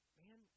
man